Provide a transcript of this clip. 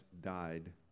died